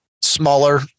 Smaller